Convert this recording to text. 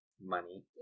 money